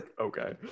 okay